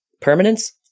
permanence